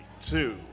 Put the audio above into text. two